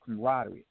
camaraderie